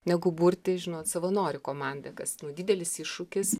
negu burti žinot savanorių komandą kas didelis iššūkis